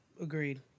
Agreed